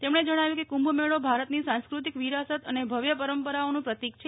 તેમણે જણાવ્યું કે કુંભમેળો ભારતની સાંસ્કૃતિક વિરાસત અને ભવ્ય પરંપરાઓનું પ્રતિક છે